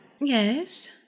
Yes